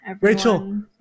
rachel